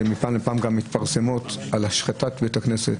מפעם לפעם מתפרסמות על השחתת בתי כנסת,